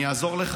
אני אעזור לך.